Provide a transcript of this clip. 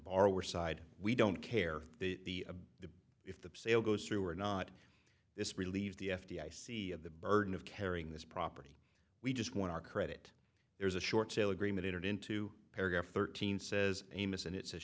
borrower side we don't care if the the if the sale goes through or not this relieves the f d i c of the burden of carrying this property we just want our credit there's a short sale agreement entered into paragraph thirteen says amos and it says